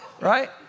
right